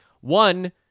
One